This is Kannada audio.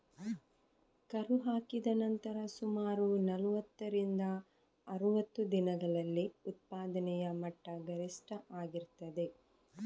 ಕರು ಹಾಕಿದ ನಂತರ ಸುಮಾರು ನಲುವತ್ತರಿಂದ ಅರುವತ್ತು ದಿನಗಳಲ್ಲಿ ಉತ್ಪಾದನೆಯ ಮಟ್ಟ ಗರಿಷ್ಠ ಆಗಿರ್ತದೆ